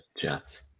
Jets